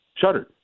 shuttered